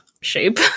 shape